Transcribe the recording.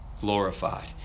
glorified